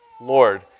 Lord